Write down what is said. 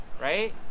right